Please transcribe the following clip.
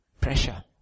Pressure